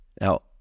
Now